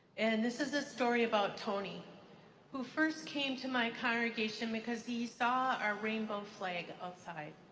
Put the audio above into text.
and this is a story about tony who first came to my congregation because he saw our rainbow flag outside.